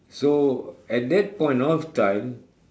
so at that point of time